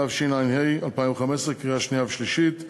התשע"ה 2015, קריאה שנייה ושלישית,